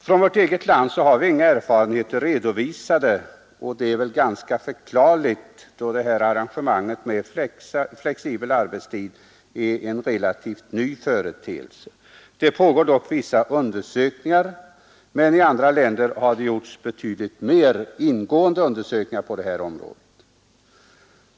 Från vårt eget land har vi inga erfarenheter redovisade, och det är väl ganska förklarligt, då arrangemang med flexibla arbetstider är en relativt ny företeelse. Forskning pågår dock även hos oss. I andra länder har det gjorts betydligt mer ingående undersökningar på området.